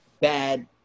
bad